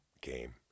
game